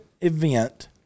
event